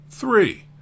Three